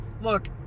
Look